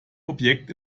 objekt